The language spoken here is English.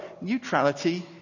neutrality